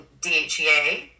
DHEA